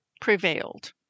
prevailed